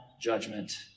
judgment